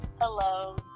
Hello